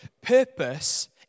Purpose